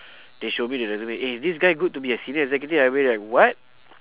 they show me the resume eh is this guy good to be a senior executive I went like what